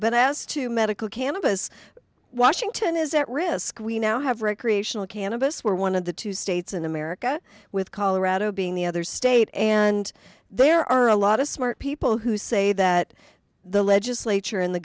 but as to medical cannabis washington is at risk we now have recreational cannabis were one of the two states in america with colorado being the other state and there are a lot of smart people who say that the legislature in the